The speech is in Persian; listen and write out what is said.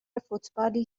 فوتبالی